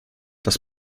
das